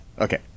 Okay